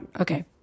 Okay